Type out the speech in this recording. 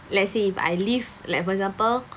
let's say if I leave like for example